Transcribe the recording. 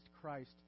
Christ